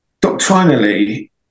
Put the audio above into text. doctrinally